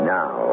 now